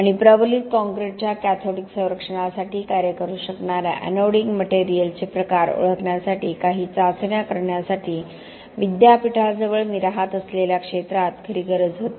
आणि प्रबलित काँक्रीटच्या कॅथोडिक संरक्षणासाठी कार्य करू शकणार्या एनोडिंग मटेरियलचे प्रकार ओळखण्यासाठी काही चाचण्या करण्यासाठी विद्यापीठाजवळ मी राहत असलेल्या क्षेत्रात खरी गरज होती